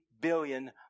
billion